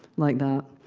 like that.